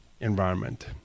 environment